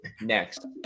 Next